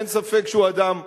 שאין ספק שהוא אדם ראוי,